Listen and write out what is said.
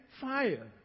fire